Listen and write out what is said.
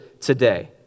today